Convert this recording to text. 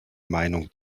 meinung